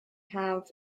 have